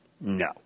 no